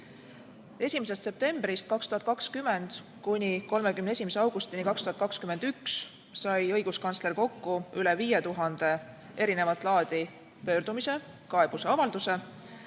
1. septembrist 2020 kuni 31. augustini 2021 sai õiguskantsler kokku üle 5000 erinevat laadi pöördumise, kaebuse, avalduse.